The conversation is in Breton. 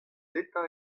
eta